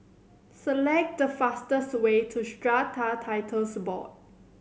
select the fastest way to Strata Titles Board